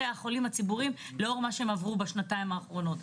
החולים הציבוריים לאור מה שהם עברו בשנתיים האחרונות.